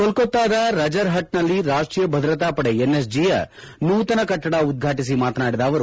ಕೊಲ್ನತ್ತಾದ ರಜರ್ಪಟ್ನಲ್ಲಿ ರಾಷ್ಷೀಯ ಭದ್ರತಾಪಡೆ ಎನ್ಎಸ್ಜಿ ಯ ನೂತನ ಕಟ್ಟಡ ಉದ್ವಾಟಿಸಿ ಮಾತನಾಡಿದ ಅವರು